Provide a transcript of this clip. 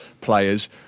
players